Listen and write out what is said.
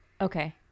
okay